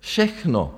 Všechno.